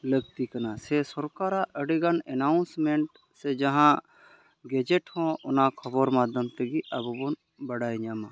ᱞᱟᱹᱠᱛᱤ ᱠᱟᱱᱟ ᱥᱮ ᱥᱚᱨᱠᱟᱨᱟᱜ ᱟᱹᱰᱤ ᱜᱟᱱ ᱮᱱᱟᱣᱥᱢᱮᱱᱴ ᱥᱮ ᱡᱟᱦᱟᱸ ᱜᱮᱡᱮᱴ ᱦᱚᱸ ᱚᱱᱟ ᱠᱷᱚᱵᱚᱨ ᱢᱟᱫᱽᱫᱷᱚᱢ ᱛᱮᱜᱮ ᱟᱵᱚ ᱵᱚᱱ ᱵᱟᱲᱟᱭ ᱧᱟᱢᱟ